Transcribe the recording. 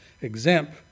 exempt